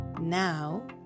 Now